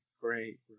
Great